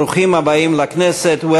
ברוכים הבאים לכנסת, Welcome.